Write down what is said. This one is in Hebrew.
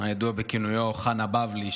הידוע בכינוי חנה בבלי,